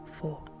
four